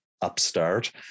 Upstart